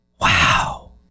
Wow